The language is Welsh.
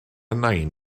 nain